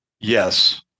Yes